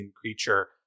creature